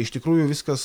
iš tikrųjų viskas